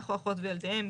אח או אחות וילדיהם,